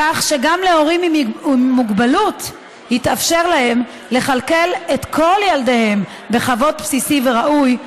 כך שגם להורים עם מוגבלות יתאפשר לכלכל את כל ילדיהם בכבוד בסיסי וראוי,